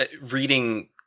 reading